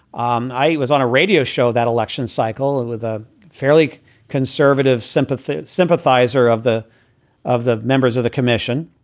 um i was on a radio show that election cycle and with a fairly conservative sympathies sympathizer of the of the members of the commission.